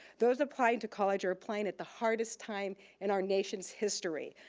those applying to college are applying at the hardest time in our nation's history.